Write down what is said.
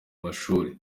mashuri